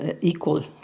equal